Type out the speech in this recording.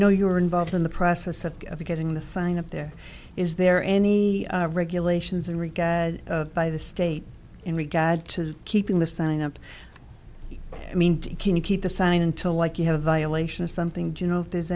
know you were involved in the process of getting the sign up there is there any regulations in regard by the state in regard to keeping the sign up i mean can you keep the sign until like you have violations something to know if there's